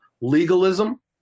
legalism